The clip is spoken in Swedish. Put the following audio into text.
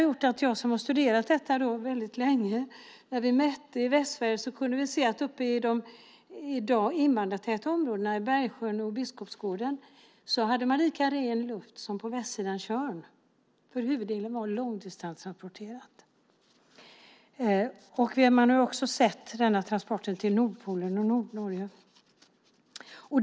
Jag har studerat detta väldigt länge, och när vi mätte i Västsverige kunde vi se att uppe i de i dag invandrartäta områdena i Bergsjön och Biskopsgården hade man lika ren luft som på Tjörns västsida, för huvuddelen var långdistanstransporterat. Man har också sett denna transport till Nordpolen och Nordnorge.